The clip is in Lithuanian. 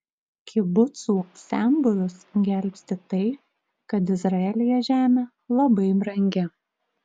kibucų senbuvius gelbsti tai kad izraelyje žemė labai brangi